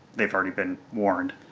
they've already been warned.